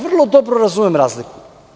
Vrlo dobro razumem razliku.